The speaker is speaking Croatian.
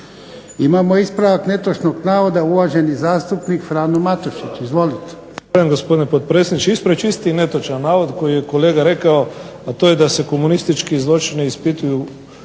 Imamo ispravak netočnog navoda, uvaženi zastupnik Frano Matušić. Izvolite.